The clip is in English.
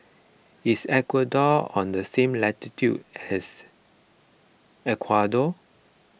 is Ecuador on the same latitude as Ecuador